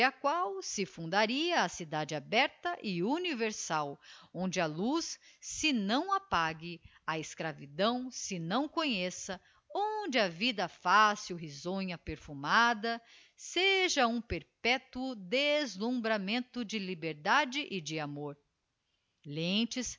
qual se fundaria a cidade aberta e universal onde a luz se não apague a escravidão se não conheça onde a vida fácil risonha perfumada seja um perpetuo deslumbramento de liberdade e de amor lentz